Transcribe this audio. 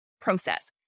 process